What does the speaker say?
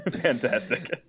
Fantastic